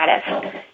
status